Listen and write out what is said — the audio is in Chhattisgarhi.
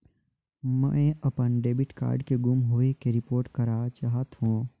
मैं अपन डेबिट कार्ड के गुम होवे के रिपोर्ट करा चाहत हों